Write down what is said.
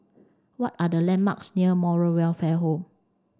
what are the landmarks near Moral Welfare Home